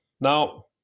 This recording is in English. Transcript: Now